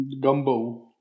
gumbo